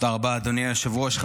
תודה רבה, אדוני היושב-ראש.